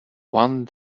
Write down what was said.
one